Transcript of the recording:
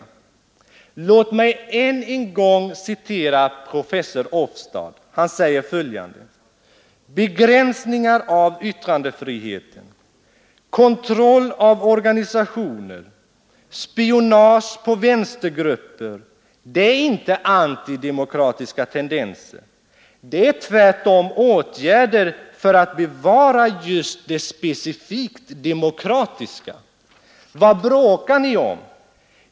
Låt mig än en gång citera professor Ofstad: ”Begränsningar av yttrandefriheten, kontroll av organisationer, spionage på vänstergrupper — det är inte antidemokratiska tendenser. ——— Det är tvärtemot åtgärder för att bevara just det specifikt demokratiska. ——— Vad bråkar ni om?